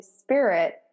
spirit